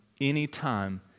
anytime